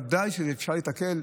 ודאי שאפשר להיתקל.